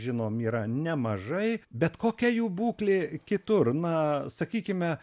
žinom yra nemažai bet kokia jų būklė kitur na sakykime